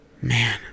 man